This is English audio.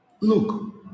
Look